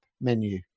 menu